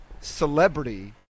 celebrity